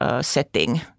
setting